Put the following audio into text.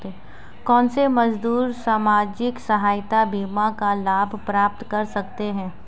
कौनसे मजदूर सामाजिक सहायता बीमा का लाभ प्राप्त कर सकते हैं?